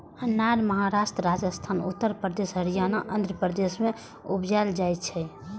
अनार महाराष्ट्र, राजस्थान, उत्तर प्रदेश, हरियाणा, आंध्र प्रदेश मे उपजाएल जाइ छै